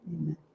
Amen